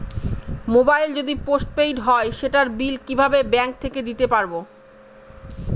Mobile যদি post paid হয় সেটার বিল কিভাবে ব্যাংক থেকে দিতে পারব?